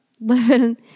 Living